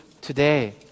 today